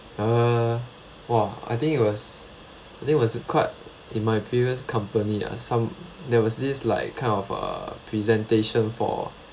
uh !wah! I think it was I think it was quite in my previous company ah some there was this like kind of uh presentation for